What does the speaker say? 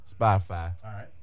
Spotify